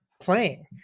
playing